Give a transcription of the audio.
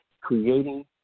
creating